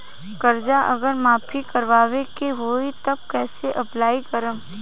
कर्जा अगर माफी करवावे के होई तब कैसे अप्लाई करम?